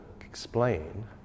explain